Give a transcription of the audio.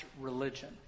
religion